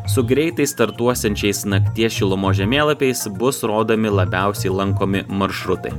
su greitai startuosiančiais nakties šilumos žemėlapiais bus rodomi labiausiai lankomi maršrutai